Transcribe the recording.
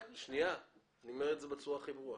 אני אומר את זה בצורה הכי ברורה.